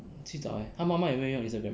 去找 eh 她妈妈有没有用 Instagram